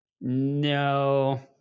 No